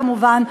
כמובן,